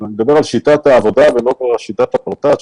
על שיטת העבודה ולא על שיטת הפרטז'.